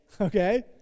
Okay